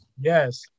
Yes